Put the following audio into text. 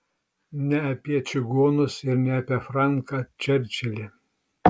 ne apie čigonus ir ne apie franką čerčilį